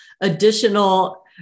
additional